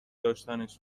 داشتنش